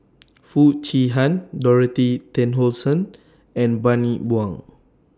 Foo Chee Han Dorothy Tessensohn and Bani Buang